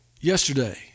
Yesterday